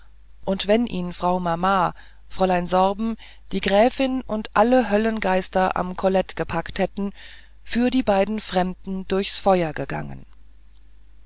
und wenn ihn frau mama fräulein sorben die gräfin und alle höllengeister am kollet gepackt hätten für die beiden fremden durchs feuer gegangen